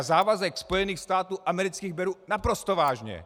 Já závazek Spojených států amerických beru naprosto vážně.